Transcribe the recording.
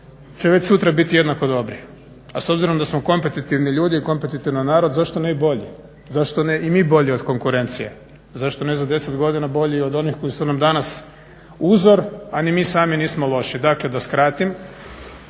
će već sutra biti jednako dobri. A s obzirom da smo kompetitivni ljudi i kompetitivan narod zašto ne i bolji, zašto ne i mi bolji od konkurencije. Zašto ne za 10 godina bolji i od onih koji su nam danas uzor, a ni mi sami nismo loši. Dakle, da skratim